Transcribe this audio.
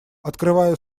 открываю